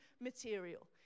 material